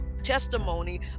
testimony